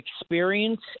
experience